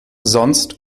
sonst